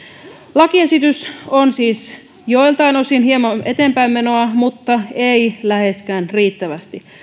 lakiesitys on siis joiltain osin hieman eteenpäinmenoa mutta ei läheskään riittävästi